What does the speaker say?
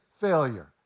failure